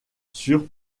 sur